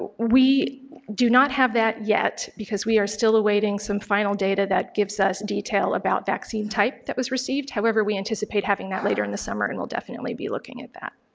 we do not have that yet because we are still awaiting some final data that gives us detail about vaccine type that was received, however, we anticipate having that later in the summer and we'll definitely be looking at that.